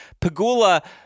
Pagula